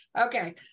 Okay